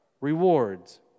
Rewards